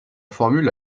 formule